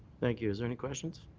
thank you. is there any questions?